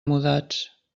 mudats